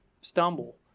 stumble